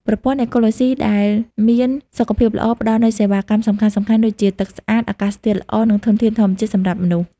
ប្រព័ន្ធអេកូឡូស៊ីដែលមានសុខភាពល្អ ផ្តល់នូវសេវាកម្មសំខាន់ៗដូចជាទឹកស្អាត អាកាសធាតុល្អ និងធនធានធម្មជាតិសម្រាប់មនុស្ស។